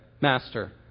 master